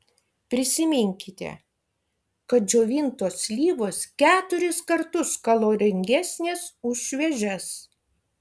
prisiminkite kad džiovintos slyvos keturis kartus kaloringesnės už šviežias